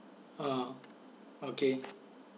uh okay